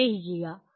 സംഗഹിക്കുക